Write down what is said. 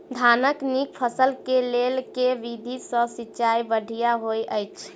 धानक नीक फसल केँ लेल केँ विधि सँ सिंचाई बढ़िया होइत अछि?